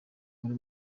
muri